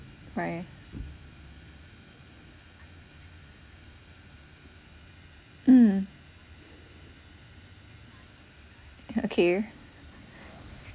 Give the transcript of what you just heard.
right mmhmm okay